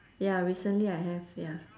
ya recently I have ya